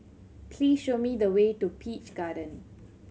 please show me the way to Peach Garden